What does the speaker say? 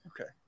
Okay